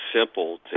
simple